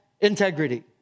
integrity